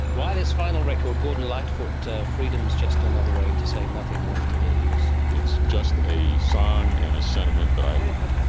why this final record, gordon lightfoot, freedom's just another way to say nothing left to lose? it's just a song and a sentiment that i like.